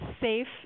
safe